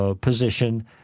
position